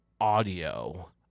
audio